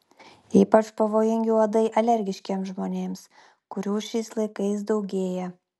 ypač pavojingi uodai alergiškiems žmonėms kurių šiais laikais daugėja